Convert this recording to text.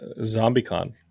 ZombieCon